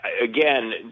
again